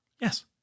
Yes